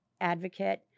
advocate